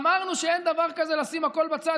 אמרנו שאין דבר כזה לשים הכול בצד,